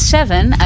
Seven